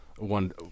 one